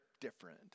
different